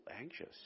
anxious